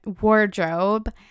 wardrobe